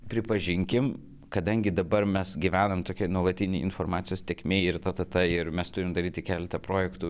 pripažinkim kadangi dabar mes gyvename tokioje nuolatinėje informacijos tėkmėj ir tatata ir mes turim daryti keletą projektų